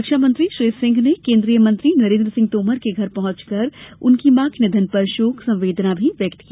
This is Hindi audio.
रक्षामंत्री श्री सिंह ने केन्द्रीय मंत्री नरेन्द्र सिंह तोमर के घर पहुंचकर उनकी मां के निधन पर शोक संवेदना भी व्यक्त की